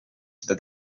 seda